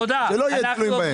שלא יהיו תלויים בהם.